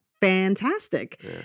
fantastic